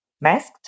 masked